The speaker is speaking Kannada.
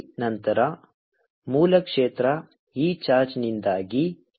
ನಂತರ ಮೂಲ ಕ್ಷೇತ್ರ ಈ ಚಾರ್ಜ್ನಿಂದಾಗಿ E